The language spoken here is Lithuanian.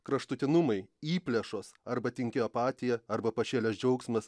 kraštutinumai įplėšos arba tingi apatija arba pašėlęs džiaugsmas